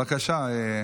בבקשה,